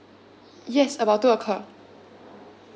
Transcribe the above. yes about two o'clock